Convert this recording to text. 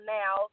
now